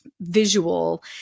visual